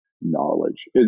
knowledge